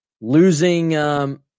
losing